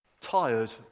tired